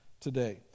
today